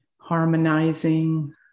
harmonizing